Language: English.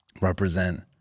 represent